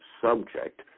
subject